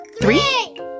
Three